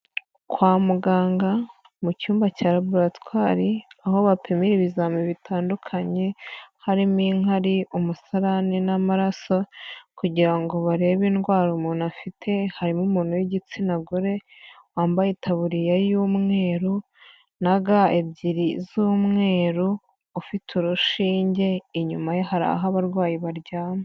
Kwa muganga mu cyumba cya raburatwari aho bapimira ibizami bitandukanye harimo inkari, umusarane n'amaraso kugira ngo barebe indwara umuntu afite, harimo umuntu w'igitsina gore wambaye itaburiya y'umweru na ga ebyiri z'umweru ufite urushinge, inyuma ye hari aho abarwayi baryama.